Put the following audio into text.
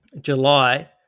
July